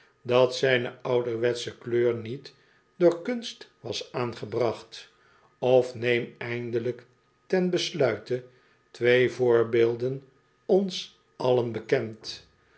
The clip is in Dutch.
dat zijne ouderwetsche kleur niet door kunst was aangebracht of neem eindelijk ten besluite twee voorbeelden ons allen bekend